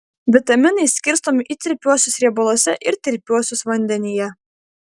vitaminai skirstomi į tirpiuosius riebaluose ir tirpiuosius vandenyje